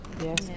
Yes